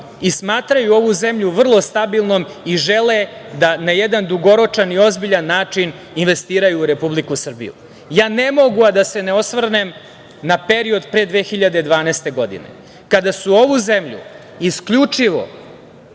i smatraju ovu zemlju vrlo stabilnom i žele da na jedan dugoročan i ozbiljan način investiraju u Republiku Srbiju. Ne mogu, a da se ne osvrnem na period pre 2012. godine, kada su ovu zemlju isključivo,